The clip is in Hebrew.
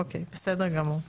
אוקיי בסדר גמור.